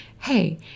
hey